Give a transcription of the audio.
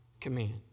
command